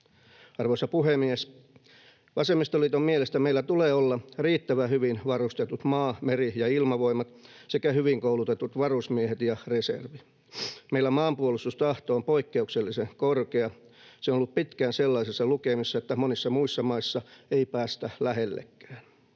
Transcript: Arvoisa puhemies! Vasemmistoliiton mielestä meillä tulee olla riittävän hyvin varustetut maa‑, meri‑ ja ilmavoimat sekä hyvin koulutetut varusmiehet ja reservi. Meillä maanpuolustustahto on poikkeuksellisen korkea. Se on ollut pitkään sellaisissa lukemissa, että monissa muissa maissa ei päästä niitä lähellekään.